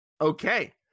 Okay